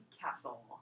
Castle